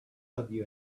have